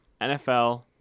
NFL